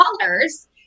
colors